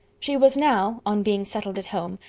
she was now, on being settled at home,